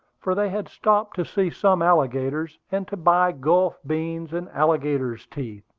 for they had stopped to see some alligators, and to buy gulf beans and alligator's teeth,